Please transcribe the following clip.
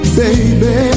baby